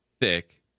thick